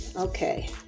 Okay